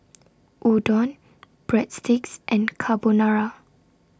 Udon Breadsticks and Carbonara